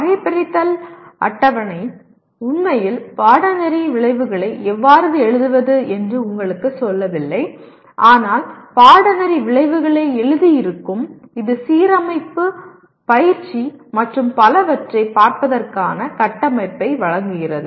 வகைபிரித்தல் அட்டவணை உண்மையில் பாடநெறி விளைவுகளை எவ்வாறு எழுதுவது என்று உங்களுக்குச் சொல்லவில்லை ஆனால் பாடநெறி விளைவுகளை எழுதி இருக்கும் இது சீரமைப்பு பயிற்சி மற்றும் பலவற்றைப் பார்ப்பதற்கான கட்டமைப்பை வழங்குகிறது